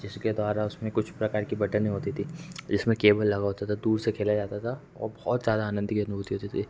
जिसके द्वारा उसमें कुछ प्रकार की बटनें होती थी इसमें केबल लगा होता था दूर से खेला जाता था वो बहुत ज़्यादा आनंद की अनुभूति होती थी